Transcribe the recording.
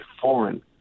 foreign